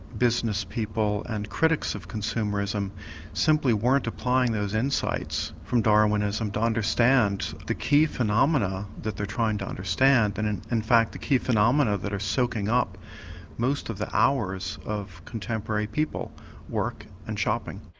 business people and critics of consumerism simply weren't applying those insights from darwinism to understand the key phenomena that they are trying to understand. and in in fact the key phenomena that are soaking up most of the hours of contemporary people work and shopping.